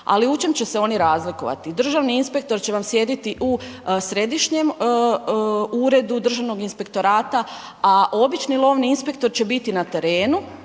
ali u čem će se oni razlikovati? Državni inspektor će vam sjediti u Središnjem uredu Državnog inspektorata a obični lovni inspektor će biti na terenu,